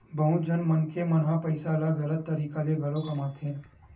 बहुत झन मनखे मन ह पइसा ल गलत तरीका ले घलो कमाथे